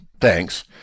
thanks